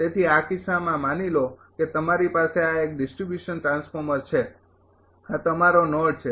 તેથી આ કિસ્સામાં માની લો કે તમારી પાસે આ એક ડિસ્ટ્રિબ્યુશન ટ્રાન્સફોર્મર છે આ તમારો નોડ છે